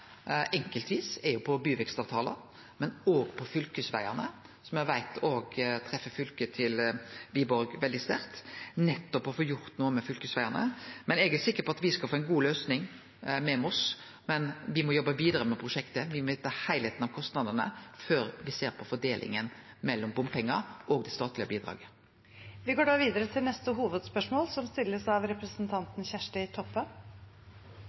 enkeltvis, på byvekstavtalar, men òg på fylkesvegane, som eg veit treffer fylket til Wiborg veldig sterkt – nettopp å få gjort noko med fylkesvegane. Eg er sikker på at me skal få ei god løysing med Moss, men me må jobbe vidare med prosjektet, og me må vite heilskapen av kostnadene før me ser på fordelinga mellom bompengar og det statlege bidraget. Vi går videre til neste